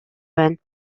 байна